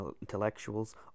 intellectuals